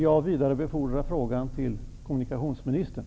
Jag vidarebefordrar frågan till kommunikationsministern.